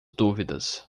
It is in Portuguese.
dúvidas